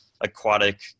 aquatic